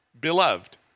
beloved